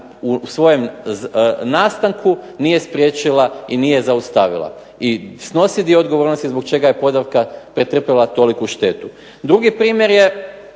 u svom nastavku nije spriječila i nije zaustavila. I snosi dio odgovornosti zbog čega je Podravka pretrpjela toliku štetu. Drugi primjer je